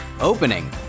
opening